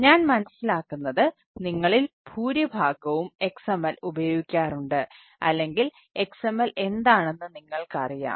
ഞാൻ മനസിലാക്കുന്നത് നിങ്ങളിൽ ഭൂരിഭാഗവും XML ഉപയോഗിക്കാറുണ്ട് അല്ലെങ്കിൽ XML എന്താണെന്ന് നിങ്ങൾക്കറിയാം